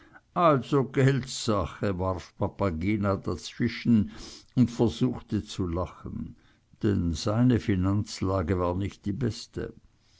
also geldsache warf papageno dazwischen und versuchte zu lachen denn seine finanzlage war nicht die beste